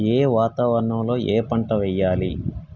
ఏ వాతావరణం లో ఏ పంట వెయ్యాలి?